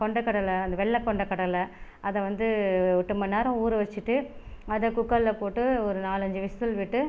கொண்டைக்கடலை அந்த வெள்ளைக் கொண்டைக்கடலை அதை வந்து எட்டு மணி நேரம் ஊற வச்சுட்டு அத குக்கரில் போட்டு ஒரு நாலஞ்சி விசில் விட்டு